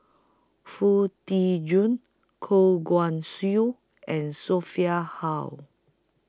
Foo Tee Jun Goh Guan Siew and Sophia Hull